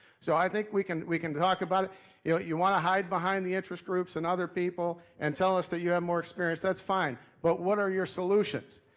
so i think we can we can talk about. y'know you wanna hide behind the interest groups and other people, and tell us that you have more experience, that's fine. but what are your solutions?